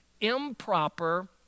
improper